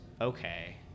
Okay